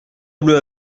bleue